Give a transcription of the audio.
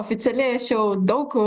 oficialiai aš jau daug